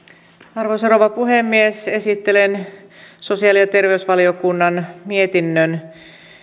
arvoisa rouva puhemies esittelen sosiaali ja terveysvaliokunnan mietinnön